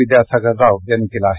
विद्यासागर राव यांनी केलं आहे